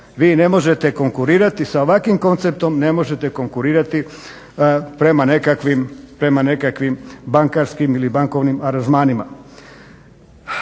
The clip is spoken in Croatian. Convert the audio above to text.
vi ne možete konkurirati sa ovakvim konceptom, ne možete konkurirati prema nekim bankarskim ili bankovnim aranžmanima.